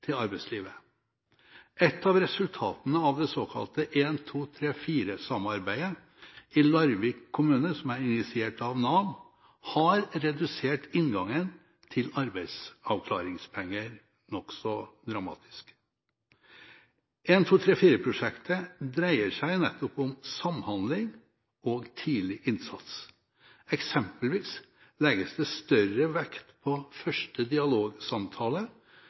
av resultatene av det såkalte 1-2-3-4-samarbeidet i Larvik kommune, som er initiert av Nav, er at inngangen til arbeidsavklaringspenger er redusert nokså dramatisk. 1-2-3-4-prosjektet dreier seg nettopp om samhandling og tidlig innsats. Eksempelvis legges det større vekt på første dialogsamtale